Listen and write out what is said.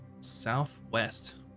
Southwest